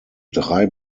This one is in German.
drei